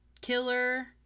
killer